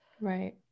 Right